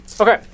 Okay